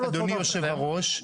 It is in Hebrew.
אדוני היושב-ראש,